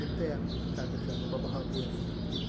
चिन्तयामि तादृशः अनुभवः अपि अस्ति इति